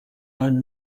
own